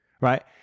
right